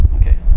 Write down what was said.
Okay